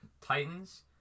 Titans